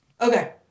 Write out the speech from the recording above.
Okay